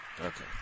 Okay